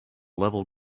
level